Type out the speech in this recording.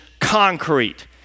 concrete